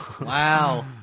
Wow